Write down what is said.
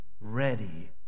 ready